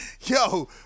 yo